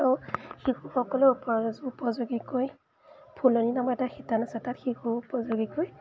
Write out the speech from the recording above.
তো শিশুসকলৰ উপযোগীকৈ ফুলনি নামৰ এটা শিতান আছে তাত শিশু উপযোগীকৈ